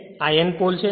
અને આ N pole છે